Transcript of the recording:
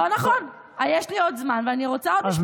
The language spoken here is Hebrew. לא נכון, יש לי עוד זמן ואני רוצה עוד משפט.